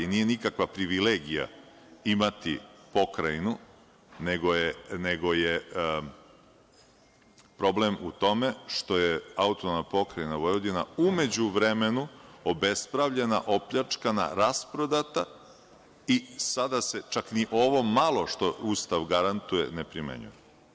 Nije nikakva privilegija imati pokrajinu, nego je problem u tome što je APV u međuvremenu obespravljena, opljačkana, rasprodata i sada se, čak ni ovo malo što Ustav garantuje ne primenjuje.